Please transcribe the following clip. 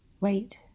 Wait